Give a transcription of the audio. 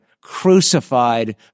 crucified